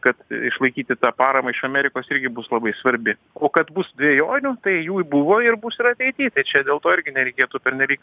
kad išlaikyti tą paramą iš amerikos irgi bus labai svarbi o kad bus dvejonių tai jų buvo ir bus ir ateity tai čia dėl to irgi nereikėtų pernelyg